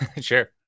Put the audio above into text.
Sure